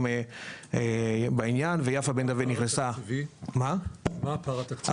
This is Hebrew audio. גם בעניין ויפה בן דויד נכנסה --- מה הפער התקציבי?